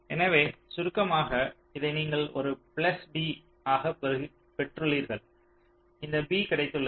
எனவே சுருக்கமாக இதை நீங்கள் a பிளஸ் b ஆக பெற்றுள்ளீர்கள் இந்த b கிடைத்துள்ளது